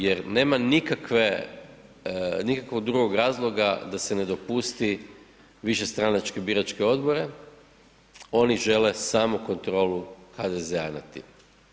Jer nema nikakve, nikakvog drugog razloga da se ne dopusti višestranačke biračke odbore, oni žele samo kontrolu HDZ-a nad time.